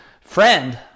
friend